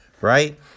right